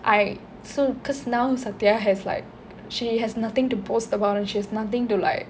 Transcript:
I so cause now satya has like she has nothing to boast about and she has nothing to like